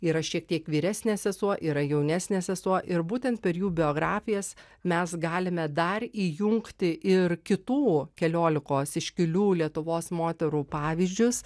yra šiek tiek vyresnė sesuo yra jaunesnė sesuo ir būtent per jų biografijas mes galime dar įjungti ir kitų keliolikos iškilių lietuvos moterų pavyzdžius